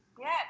Yes